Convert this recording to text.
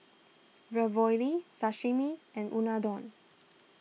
Ravioli Sashimi and Unadon